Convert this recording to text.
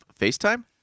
FaceTime